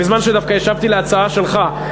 בזמן שדווקא השבתי על ההצעה שלך,